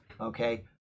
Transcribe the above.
okay